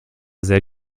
sehr